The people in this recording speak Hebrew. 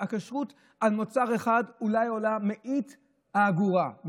הכשרות על מוצר אחד אולי עולה מאית האגורה,